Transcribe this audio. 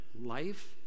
life